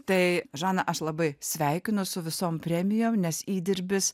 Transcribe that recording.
tai žana aš labai sveikinu su visom premijom nes įdirbis